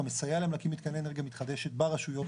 אתה מסייע להן להקים מתקני אנרגיה מתחדשת ברשויות.